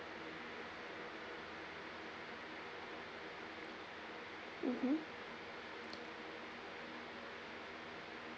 mmhmm